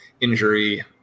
Injury